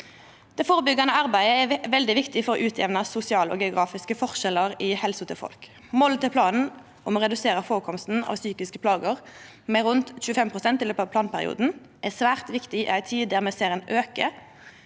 Det førebyggjande arbeidet er veldig viktig for å utjamna sosiale og geografiske forskjellar når det gjeld helsa til folk. Målet i planen om å redusera førekomsten av psykiske plager med rundt 25 pst. i løpet av planperioden er svært viktig i ei tid der me ser ein auke